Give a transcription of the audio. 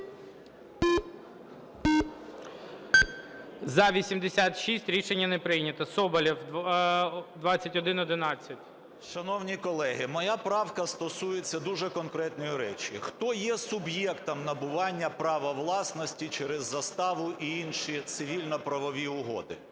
За-86 Рішення не прийнято. Соболєв, 2111. 13:45:31 СОБОЛЄВ С.В. Шановні колеги, моя правка стосується дуже конкретної речі. Хто є суб'єктом набування права власності через заставу і інші цивільно-правові угоди?